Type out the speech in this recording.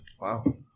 Wow